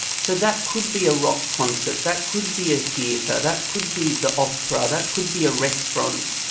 so that could be a rock concert, that could be a theatre, that could be the opera, that could be a restaurant,